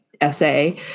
essay